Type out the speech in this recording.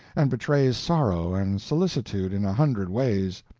and betrays sorrow and solicitude in a hundred ways.